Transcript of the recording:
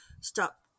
stop